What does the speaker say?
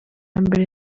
mbere